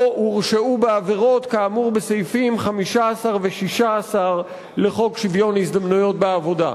הורשעו בעבירות כאמור בסעיפים 15 ו-16 לחוק שוויון ההזדמנויות בעבודה.